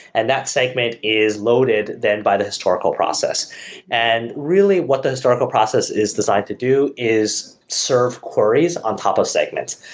and that segment is loaded then by the historical process and really really what the historical process is designed to do is serve queries on top of segments.